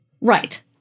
Right